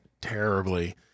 terribly